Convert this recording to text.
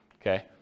Okay